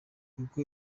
kuko